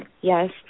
yes